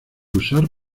usar